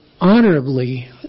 honorably